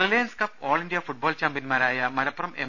Reliance cup all India football ചാമ്പ്യൻമാരായ Malappuram M